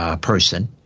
person